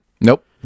Nope